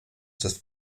des